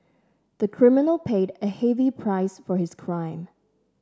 the criminal paid a heavy price for his crime